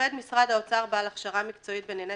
עובד משרד האוצר בעל הכשרה מקצועית בענייני